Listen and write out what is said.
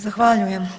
Zahvaljujem.